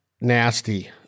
Nasty